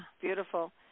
Beautiful